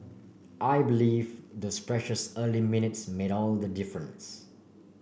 I believe those precious early minutes made all the difference